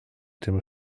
tym